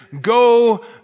go